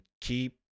keep